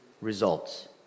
results